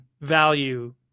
value